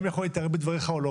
האם אני יכול להתערב בדבריו או לא.